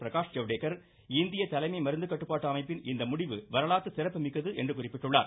பிரகாஷ் ஜவ்டேகர் இந்திய தலைமை மருந்து கட்டுப்பாட்டு அமைப்பின் இந்த முடிவு வரலாற்று சிறப்புமிக்கது என்று குறிப்பிட்டுள்ளார்